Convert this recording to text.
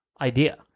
idea